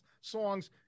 songs